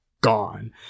gone